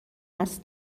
است